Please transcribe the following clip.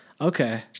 Okay